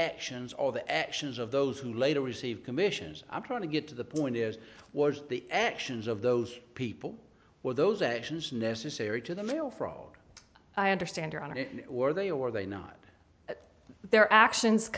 actions or the actions of those who later received commissions i'm trying to get to the point is was the actions of those people or those actions necessary to the mail fraud i understand are on it or they or they not their actions